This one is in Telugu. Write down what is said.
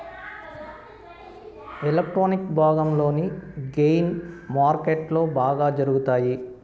ఎలక్ట్రానిక్ భాగంలోని గెయిన్ మార్కెట్లో బాగా జరుగుతాయి